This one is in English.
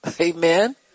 Amen